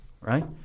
right